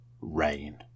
rain